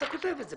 אתה כותב את זה.